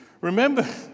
Remember